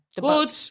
good